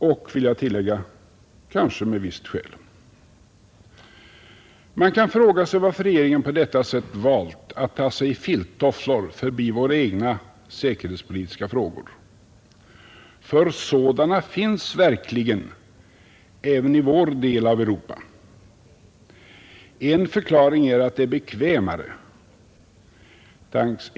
Och — vill jag tillägga — kanske med visst skäl. Man kan fråga sig varför regeringen på detta sätt har valt att tassa i filttofflor förbi våra egna säkerhetspolitiska problem, för sådana finns verkligen även i vår del av Europa. En förklaring är att det är bekvämare.